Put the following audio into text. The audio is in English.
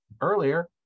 earlier